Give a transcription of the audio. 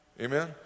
Amen